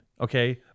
Okay